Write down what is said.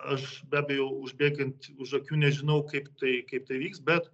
aš be abejo užbėgant už akių nežinau kaip tai kaip tai įvyks bet